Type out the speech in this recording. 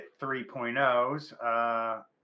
3.0's